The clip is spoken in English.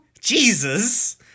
jesus